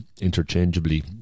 interchangeably